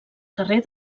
carrer